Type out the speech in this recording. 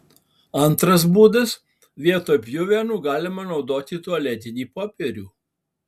antras būdas vietoj pjuvenų galima naudoti tualetinį popierių